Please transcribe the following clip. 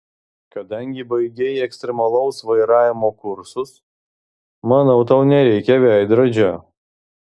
kadangi baigei ekstremalaus vairavimo kursus manau tau nereikia veidrodžio